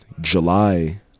July